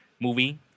movie